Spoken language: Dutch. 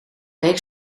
week